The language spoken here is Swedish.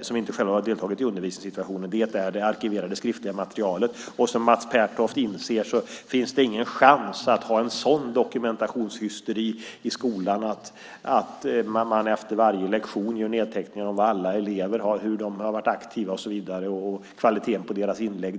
som inte själv har deltagit i undervisningssituationen, är det arkiverade skriftliga materialet. Som Mats Pertoft inser finns det ingen chans att ha en sådan dokumentationshysteri i skolan att man efter varje lektion gör nedteckningar om alla elever, hur de har varit aktiva och kvaliteten på deras inlägg.